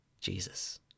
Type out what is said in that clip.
Jesus